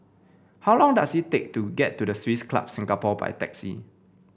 how long does it take to get to the Swiss Club Singapore by taxi